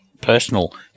Personal